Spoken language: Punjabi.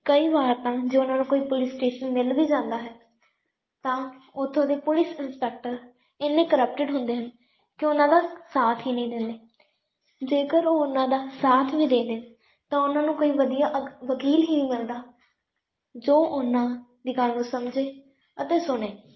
ਕਈ ਵਾਰ ਤਾਂ ਜੇ ਉਹਨਾਂ ਨੂੰ ਕੋਈ ਪੁਲਿਸ ਸਟੇਸ਼ਨ ਮਿਲ ਵੀ ਜਾਂਦਾ ਹੈ ਤਾਂ ਉੱਥੋਂ ਦੇ ਪੁਲਿਸ ਇੰਸਪੈਕਟਰ ਇੰਨੇ ਕਰਪਟਡ ਹੁੰਦੇ ਹਨ ਕਿ ਉਹਨਾਂ ਦਾ ਸਾਥ ਹੀ ਨਹੀਂ ਦਿੰਦੇ ਜੇਕਰ ਉਹ ਉਹਨਾਂ ਦਾ ਸਾਥ ਵੀ ਦੇ ਦੇਣ ਤਾਂ ਉਹਨਾਂ ਨੂੰ ਕੋਈ ਵਧੀਆ ਅਕ ਵਕੀਲ ਹੀ ਨਹੀਂ ਮਿਲਦਾ ਜੋ ਉਹਨਾਂ ਦੀ ਗੱਲ ਨੂੰ ਸਮਝੇ ਅਤੇ ਸੁਣੇ